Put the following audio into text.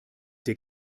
der